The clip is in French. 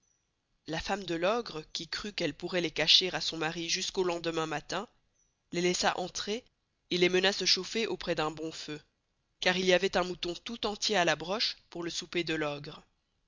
la femme de l'ogre qui crut qu'elle pourroit les cacher à son mary jusqu'au lendemain matin les laissa entrer et les mena se chauffer auprés d'un bon feu car il y avoit un mouton tout entier à la broche pour le soupé de l'ogre